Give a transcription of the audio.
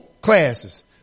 classes